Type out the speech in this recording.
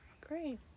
Great